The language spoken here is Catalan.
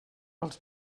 els